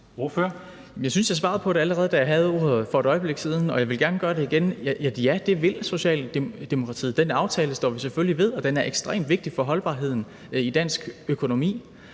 Jeg synes, jeg svarede på det, allerede da jeg havde ordet for et øjeblik siden, og jeg vil gerne gøre det igen: Ja, det vil Socialdemokratiet, og den aftale står vi selvfølgelig ved, og den er ekstremt vigtig for holdbarheden i dansk økonomi.